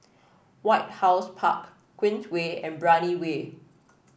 White House Park Queensway and Brani Way